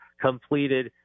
completed